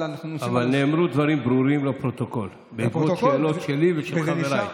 אבל נאמרו דברים ברורים לפרוטוקול בעקבות שאלות שלי ושל חבריי.